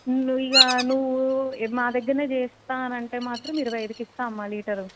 నువ్వు ఇంకా నువ్వు మా దగ్గరనే చేస్తాను అనంటే మాత్రం ఇరవై ఐదుకి ఇస్తాను అమ్మ లీటరు